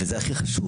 וזה הכי חשוב.